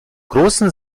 großen